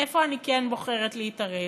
איפה אני כן בוחרת להתערב?